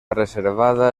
reservada